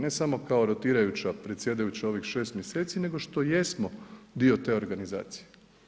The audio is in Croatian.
Ne samo kao rotirajuća, predsjedajuća ovih 6 mjeseci, nego što jesmo dio te organizacije.